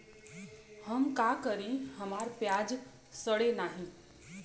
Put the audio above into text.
हम का करी हमार प्याज सड़ें नाही?